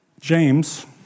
James